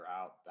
out